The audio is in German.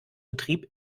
betrieb